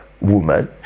woman